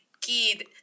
kid